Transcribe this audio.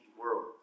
world